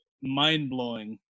mind-blowing